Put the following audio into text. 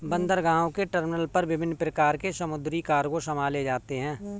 बंदरगाहों के टर्मिनल पर विभिन्न प्रकार के समुद्री कार्गो संभाले जाते हैं